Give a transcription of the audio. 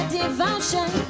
devotion